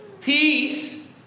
Peace